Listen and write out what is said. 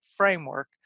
framework